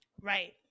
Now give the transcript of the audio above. Right